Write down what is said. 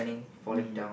mm